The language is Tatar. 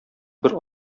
бер